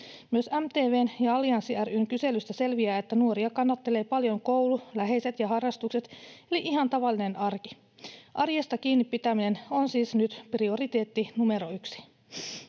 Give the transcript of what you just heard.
Myös MTV:n ja Allianssi ry:n kyselystä selviää, että nuoria kannattelevat paljon koulu, läheiset ja harrastukset, eli ihan tavallinen arki. Arjesta kiinni pitäminen on siis nyt prioriteetti numero yksi.